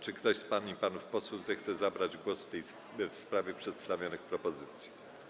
Czy ktoś z pań i panów posłów zechce zabrać głos w sprawie przedstawionych propozycji?